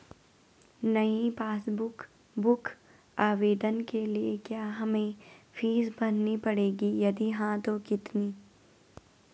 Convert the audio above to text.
नयी passbook book आवेदन के लिए क्या हमें फीस भरनी पड़ेगी यदि हाँ तो कितनी?